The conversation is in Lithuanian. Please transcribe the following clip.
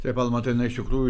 taip almantai na iš tikrųjų